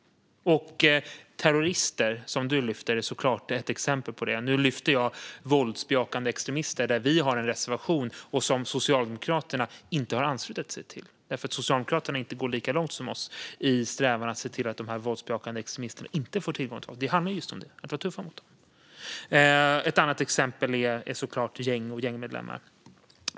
Terrorister, som du lyfter, Petter Löberg, är såklart ett exempel på detta. Nu lyfte jag våldsbejakande extremister, vilket vi har en reservation om. Den ansluter sig Socialdemokraterna inte till eftersom Socialdemokraterna inte går lika långt som vi för att se till att de våldsbejakande extremisterna inte får tillgång till vapen. Det handlar just om att vara tuffa mot dem. Ett annat exempel är såklart gäng och gängmedlemmar.